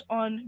on